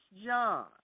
John